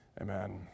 Amen